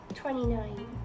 Twenty-nine